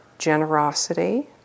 Generosity